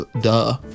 duh